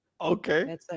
Okay